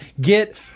get